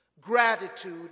Gratitude